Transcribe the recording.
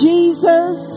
Jesus